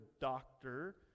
doctor